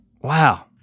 Wow